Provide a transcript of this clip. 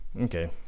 okay